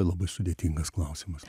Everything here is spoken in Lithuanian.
labai sudėtingas klausimas